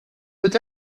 peut